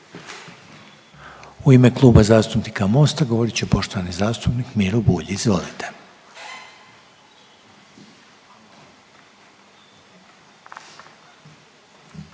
u ime Kluba zastupnika IDS-a govorit poštovani zastupnik Emil Daus, izvolite.